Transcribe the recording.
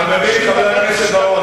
חבר הכנסת בר-און,